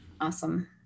awesome